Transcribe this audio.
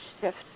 shift